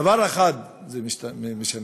דבר אחד זה משנה,